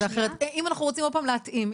אנחנו רוצים להתאים.